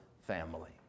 family